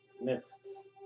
mists